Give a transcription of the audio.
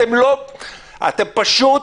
אתם פשוט